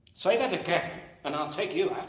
say that again and i'll take you